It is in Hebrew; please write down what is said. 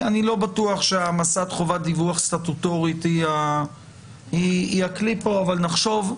אני לא בטוח שהעמסת חובת דיווח סטטוטורית היא הכלי כאן אבל נחשוב.